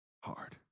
hard